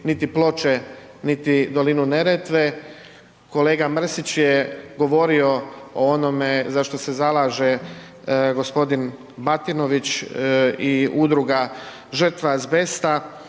niti Ploče, niti dolinu Neretve. Kolega Mrsić je govorio o onome za što se zalaže gospodin Batinović i Udruga žrtva azbesta.